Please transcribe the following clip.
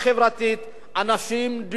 אנשים דיברו על המצוקות שלהם.